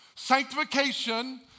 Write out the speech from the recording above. Sanctification